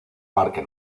parque